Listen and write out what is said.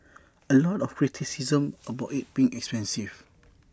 A lot of criticism about IT being expensive